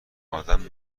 ادم